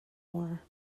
war